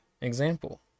example